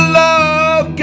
love